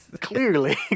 clearly